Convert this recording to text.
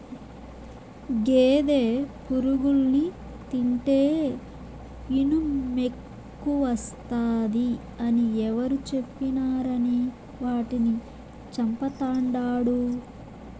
గేదె పురుగుల్ని తింటే ఇనుమెక్కువస్తాది అని ఎవరు చెప్పినారని వాటిని చంపతండాడు